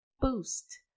boost